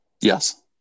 Yes